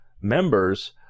members